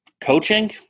Coaching